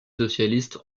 socialistes